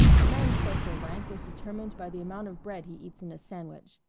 a man's social rank is determined by the amount of bread he eats in a sandwich.